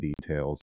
details